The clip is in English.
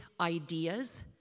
ideas